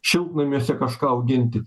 šiltnamiuose kažką auginti